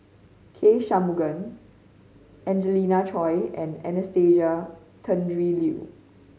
K Shanmugam Angelina Choy and Anastasia Tjendri Liew